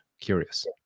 curious